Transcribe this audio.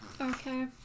Okay